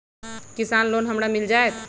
किसान लोन हमरा मिल जायत?